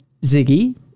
Ziggy